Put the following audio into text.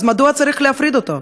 אז מדוע צריך להפריד אותו?